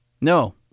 No